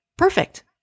Perfect